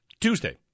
Tuesday